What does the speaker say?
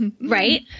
Right